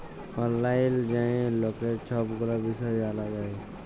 অললাইল যাঁয়ে ললের ছব গুলা বিষয় জালা যায়